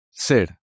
ser